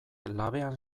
labean